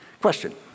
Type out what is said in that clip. question